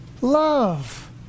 Love